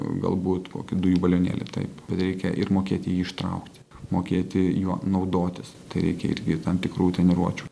galbūt kokį dujų balionėlį taip reikia ir mokėti jį ištraukti mokėti juo naudotis tereikia irgi tam tikrų treniruočių